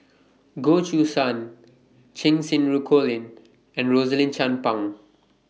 Goh Choo San Cheng Xinru Colin and Rosaline Chan Pang